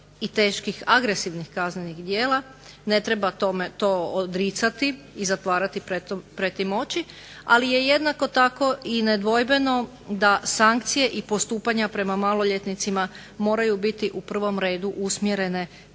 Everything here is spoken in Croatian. i teških agresivnih kaznenih djela. Ne treba to odricati i zatvarati pred tim oči. Ali je jednako tako i nedvojbeno da sankcije i postupanja prema maloljetnicima moraju biti u prvom redu usmjerene